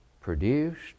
produced